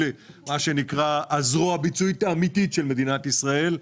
אלה מה שנקרא הזרוע הביצועית האמיתית של מדינת ישראל,